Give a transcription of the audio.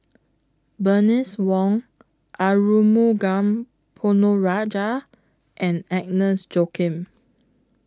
Bernice Wong Arumugam Ponnu Rajah and Agnes Joaquim